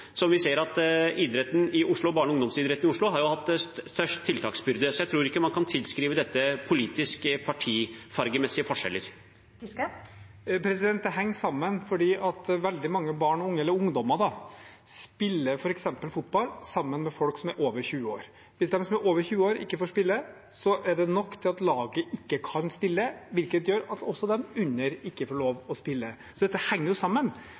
vi ser at barne- og ungdomsidretten i Oslo har hatt størst tiltaksbyrde. Så jeg tror ikke man kan tilskrive dette politisk partifargemessige forskjeller. Det henger sammen, for veldig mange ungdommer spiller f.eks. fotball sammen med folk som er over 20 år. Hvis de som er over 20 år, ikke får spille, er det nok til at laget ikke kan stille, hvilket gjør at også de under 20 år ikke får lov til å spille. Dette henger jo sammen.